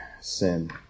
sin